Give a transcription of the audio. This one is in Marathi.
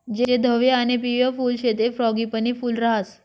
जे धवयं आणि पिवयं फुल शे ते फ्रॉगीपनी फूल राहास